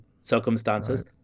circumstances